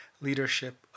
leadership